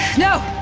no!